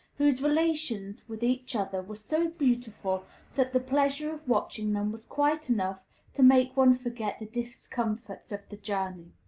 whose relations with each other were so beautiful that the pleasure of watching them was quite enough to make one forget the discomforts of the journey.